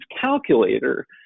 calculator